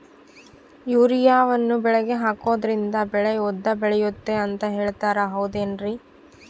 ಯೂರಿಯಾವನ್ನು ಬೆಳೆಗೆ ಹಾಕೋದ್ರಿಂದ ಬೆಳೆ ಉದ್ದ ಬೆಳೆಯುತ್ತೆ ಅಂತ ಹೇಳ್ತಾರ ಹೌದೇನ್ರಿ?